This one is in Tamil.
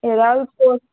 ஏதாவது கோர்ஸ்